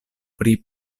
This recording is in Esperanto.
pri